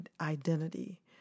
identity